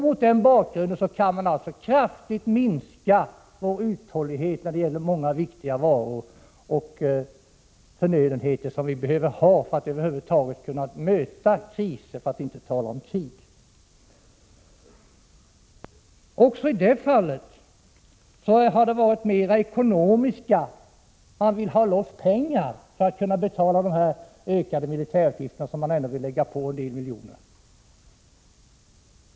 Mot den bakgrunden kan man alltså föreslå att vår uthållighet kraftigt skall minskas när det gäller många viktiga varor och förnödenheter som erfordras om vi över huvud taget skall kunna möta kriser, för att inte tala om krig. Också i detta fall har det främst varit fråga om ekonomiska synpunkter — man vill ha loss pengar för att kunna betala de ökade militärutgifterna, och man vill lägga på en del miljoner.